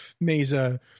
Mesa